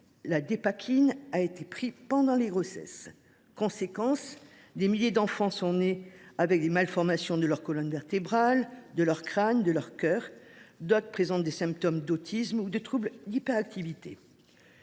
la Dépakine a été prise en cours de grossesse. Conséquence : des milliers d’enfants sont nés avec des malformations de leur colonne vertébrale, de leur crâne, de leur cœur. D’autres présentent des symptômes d’autisme ou des troubles d’hyperactivité.